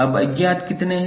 अब अज्ञात कितने हैं